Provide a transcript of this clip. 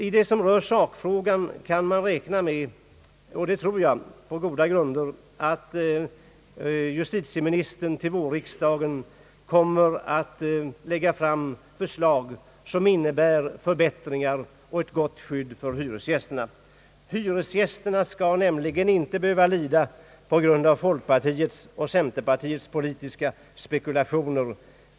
I det som rör sakfrågan kan man räkna med — och det tror jag på goda grunder — att justitieministern till vårriksdagen kommer att lägga fram förslag som in nebär förbättringar och ett gott skydd för hyresgästerna. Dessa skall nämligen inte behöva lida på grund av folkpartiets och centerpartiets politiska spekulationer.